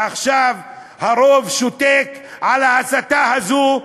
עכשיו הרוב שותק על ההסתה הזאת,